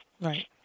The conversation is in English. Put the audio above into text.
Right